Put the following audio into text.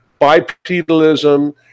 bipedalism